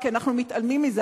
כי אנחנו מתעלמים מזה,